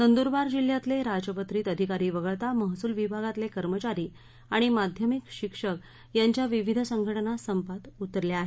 नंदुरबार जिल्ह्यातले राजपत्रित अधिकारी वगळता महसूल विभागातले कर्मचारी आणि माध्यमिक शिक्षक यांच्या विविध संघटना संपात उतरले आहेत